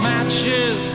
Matches